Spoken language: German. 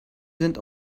sind